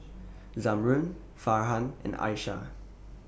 Zamrud Farhan and Aishah